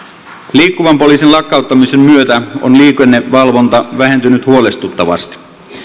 liikkuvan poliisin lakkauttamisen myötä on liikennevalvonta vähentynyt huolestuttavasti